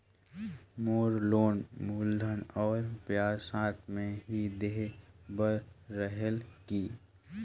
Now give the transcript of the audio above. मोर loan मूलधन और ब्याज साथ मे ही देहे बार रेहेल की?